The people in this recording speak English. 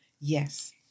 yes